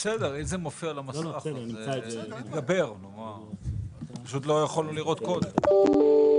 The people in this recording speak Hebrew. סדרה של נתונים ממבצע שומר חומות וגם ממבצע צוק איתן,